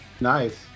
Nice